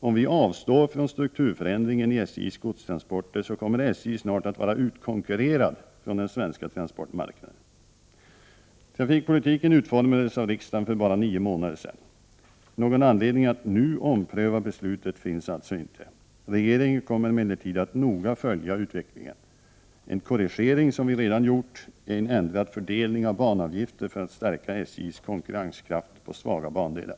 Om vi avstår från strukturförändringen i SJ:s godstransporter så kommer SJ snart att vara utkonkurrerat från den svenska transportmarknaden. Trafikpolitiken utformades av riksdagen för bara nio månader sedan. Någon anledning att nu ompröva beslutet finns alltså inte. Regeringen kommer emellertid att noga följa utvecklingen. En korrigering som vi redan gjort är att ändra fördelningen av banavgifter för att stärka SJ:s konkurrenskraft på svaga bandelar.